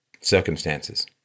circumstances